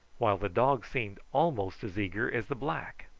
while the dog seemed almost as eager as the black.